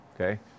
okay